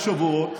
ראש האופוזיציה,